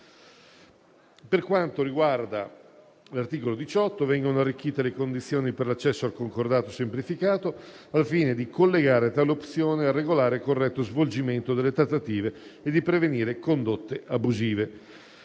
Per quanto riguarda l'articolo 18, vengono arricchite le condizioni per l'accesso al concordato semplificato, al fine di collegare tale opzione al regolare e corretto svolgimento delle trattative e di prevenire condotte abusive.